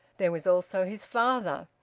there was also his father.